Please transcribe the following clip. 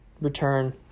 return